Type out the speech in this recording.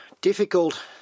difficult